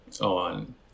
on